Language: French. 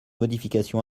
modification